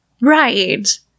Right